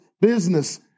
business